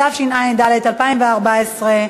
התשע"ד 2014,